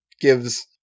gives